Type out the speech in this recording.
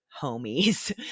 homies